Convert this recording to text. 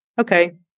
okay